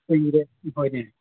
ꯀꯨꯏꯔꯦ